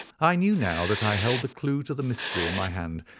i knew now that i held the clue to the mystery in my hand,